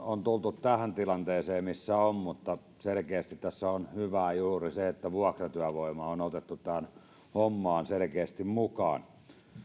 on tultu tähän tilanteeseen missä ollaan selkeästi tässä on hyvää juuri se että vuokratyövoima on otettu tähän hommaan selkeästi mukaan